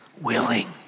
willing